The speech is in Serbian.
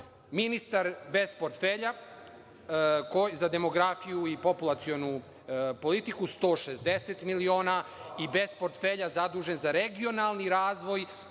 ministar bez portfelja za demografiju i populacionu politiku – 160 miliona i bez portfelja zadužen za regionalni razvoj